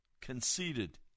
conceited